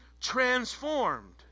transformed